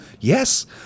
Yes